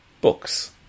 books